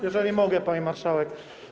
Jeżeli mogę, pani marszałek.